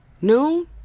Noon